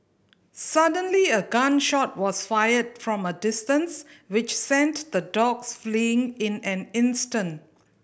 suddenly a gun shot was fired from a distance which sent the dogs fleeing in an instant